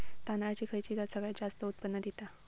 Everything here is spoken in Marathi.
तांदळाची खयची जात सगळयात जास्त उत्पन्न दिता?